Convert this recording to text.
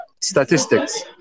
statistics